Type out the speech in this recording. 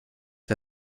der